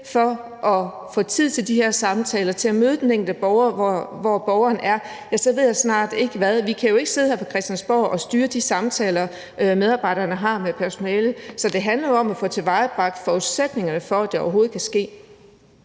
for at få tid til de her samtaler, til at møde den enkelte borger, hvor borgeren er, ja, så ved jeg snart ikke hvad. Vi kan jo ikke sidde her på Christiansborg og styre de samtaler, medarbejderne har med personalet, så det handler jo om at få tilvejebragt forudsætningerne for, at det overhovedet kan ske.